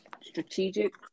strategic